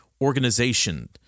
organization